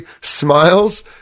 smiles